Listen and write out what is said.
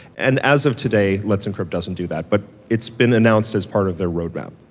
and as of today, let's encrypt doesn't do that, but it's been announced as part of their roadmap.